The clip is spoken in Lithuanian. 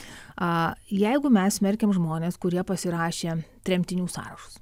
a jeigu mes smerkiam žmones kurie pasirašė tremtinių sąrašus